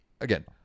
again